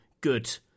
good